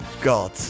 God